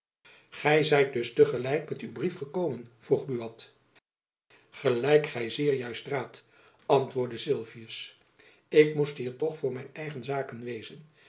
zijt dus te gelijk met uw brief gekomen vroeg buat gelijk gy zeer juist raadt antwoorde sylvius ik moest hier toch voor mijn eigen zaken wezen